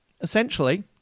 essentially